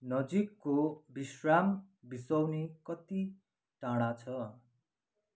नजिकको विश्राम बिसौनी कति टाढा छ